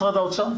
משרד האוצר?